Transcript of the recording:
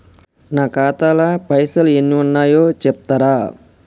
నా ఖాతా లా పైసల్ ఎన్ని ఉన్నాయో చెప్తరా?